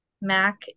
Mac